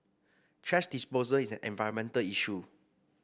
thrash disposal is an environmental issue